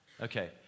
Okay